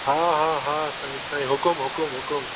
हा हा हा साईं हुकुमु हुकुमु हुकुमु